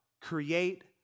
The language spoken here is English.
create